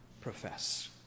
profess